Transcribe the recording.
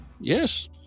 Yes